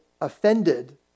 offended